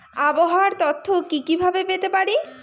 আবহাওয়ার তথ্য কি কি ভাবে পেতে পারি?